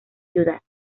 ciudad